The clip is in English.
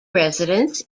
residence